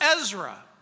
ezra